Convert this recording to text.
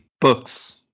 books